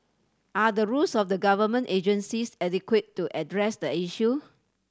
are the rules of the government agencies adequate to address the issue